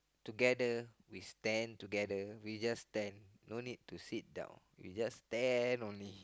together we stand together we just stand no need to sit down we just stand only